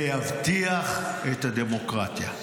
זה יבטיח את הדמוקרטיה.